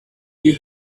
you